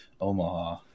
Omaha